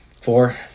Four